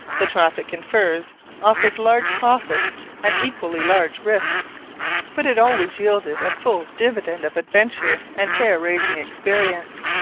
the traffic in furs offered large profits and equally large risks but it always yielded a full dividend of adventure and hair-raising experience.